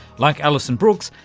like alison brooks,